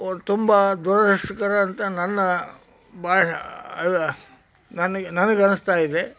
ತುಂಬ ದುರದೃಷ್ಟಕರ ಅಂತ ನನ್ನ ಬಾ ಇದ ನನಗೆ ನನಗನಿಸ್ತಾಯಿದೆ